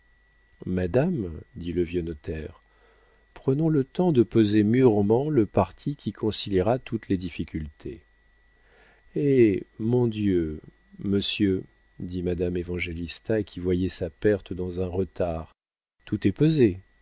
madame dit le vieux notaire prenons le temps de peser mûrement le parti qui conciliera toutes les difficultés hé mon dieu monsieur dit madame évangélista qui voyait sa perte dans un retard tout est pesé